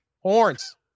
Horns